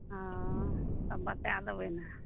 ओ तब बताए देबै ने